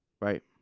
right